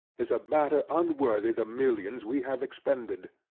is a matter unworthy the millions we have expended.